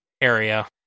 area